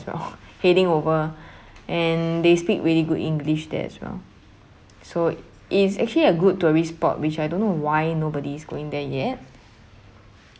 so heading over and they speak very good english there as well so it's actually a good tourist spot which I don't know why nobody's going there yet